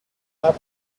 map